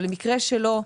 אבל למקרה שלא,